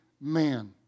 man